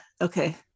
Okay